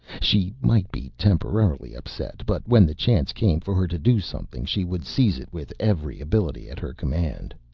she might be temporarily upset, but when the chance came for her to do something she would seize it with every ability at her command.